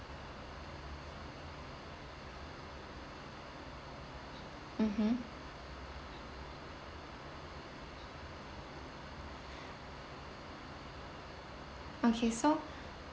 mmhmm okay so